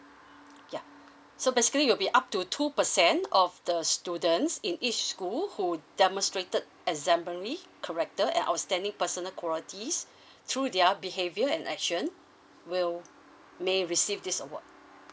ya so basically it'll be up to two percent of the students in each school who demonstrated exemplary character and outstanding personal qualities through their behaviour and action will may receive this award